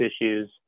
issues